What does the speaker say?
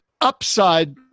upside